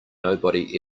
nobody